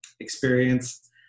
experience